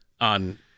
on